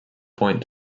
point